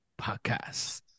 Podcast